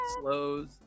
slows